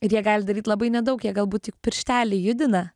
ir jie gali daryt labai nedaug jie galbūt tik pirštelį judina